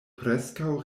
preskaŭ